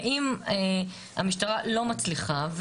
ואם המשטרה לא מצליחה,